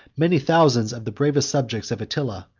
many thousands of the bravest subjects of attila,